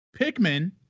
Pikmin